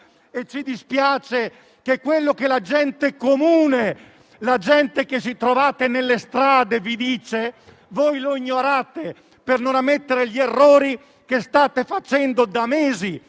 Ci dispiace che quello che la gente comune, la gente che trovate nelle strade, vi dice voi lo ignoriate, per non ammettere gli errori che state facendo da mesi,